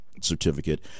certificate